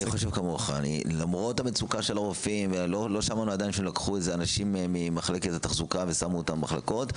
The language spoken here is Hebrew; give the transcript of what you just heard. גם ככה זאת סמכות שלא אמורה להיכנס לתוקף מידית.